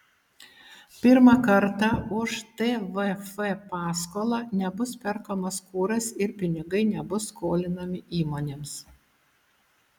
pirmą kartą už tvf paskolą nebus perkamas kuras ir pinigai nebus skolinami įmonėms